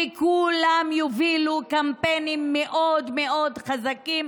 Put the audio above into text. וכולם יובילו קמפיינים מאוד מאוד חזקים